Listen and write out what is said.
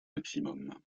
maximum